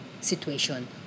situation